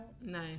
Nice